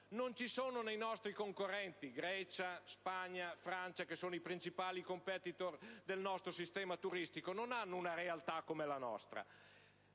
Non ci sono nei nostri concorrenti - Grecia, Spagna, Francia, ovvero i principali *competitor* del nostro sistema turistico - realtà come la nostra;